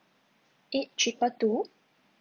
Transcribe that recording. eight triple two